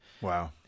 Wow